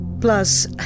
Plus